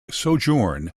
sojourn